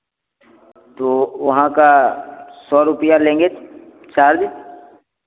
तो वहाँ का सौ रुपिया लेंगे चार्ज